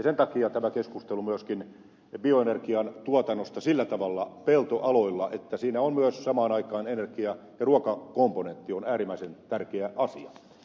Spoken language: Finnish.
sen takia tämä keskustelu myöskin bioenergian tuotannosta sillä tavalla peltoaloilla että siinä on myös samaan aikaan energia ja ruokakomponentti on äärimmäisen tärkeä asia